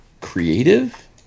creative